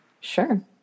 Sure